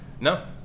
No